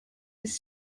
his